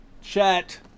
chat